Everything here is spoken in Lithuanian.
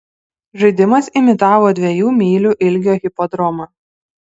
žaidimas imitavo dviejų mylių ilgio hipodromą